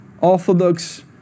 Orthodox